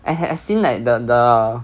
I have seen like the the